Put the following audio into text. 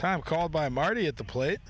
time called by marty at the plate